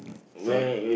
so